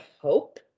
hope